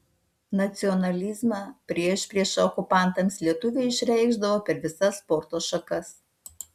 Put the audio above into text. nacionalizmą priešpriešą okupantams lietuviai išreikšdavo per visas sporto šakas